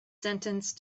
sentence